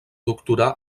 doctorà